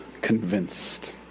convinced